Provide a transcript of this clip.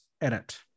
edit